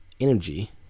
energy